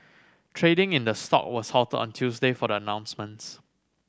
trading in the stock was halted on Tuesday for the announcements